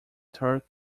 third